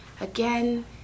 again